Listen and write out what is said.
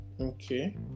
Okay